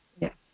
Yes